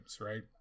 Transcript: right